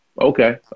Okay